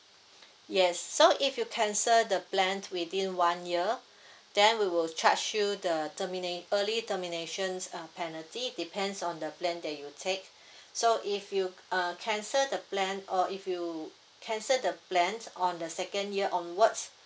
yes so if you cancel the plan within one year then we will charge you the termina~ early terminations uh penalty depends on the plan that you take so if you uh cancel the plan or if you cancel the plan on the second year onwards